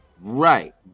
right